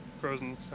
Frozen